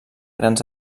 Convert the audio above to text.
grans